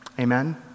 Amen